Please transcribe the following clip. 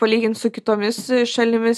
palygint su kitomis šalimis